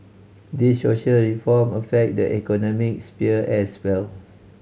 the social reform affect the economic sphere as well